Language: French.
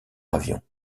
avion